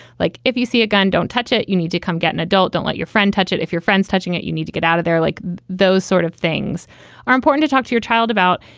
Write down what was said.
like, if you see a gun, don't touch it. you need to come get an adult. don't let your friend touch it. if your friend's touching it, you need to get out of there. like those sort of things are important to talk to your child about,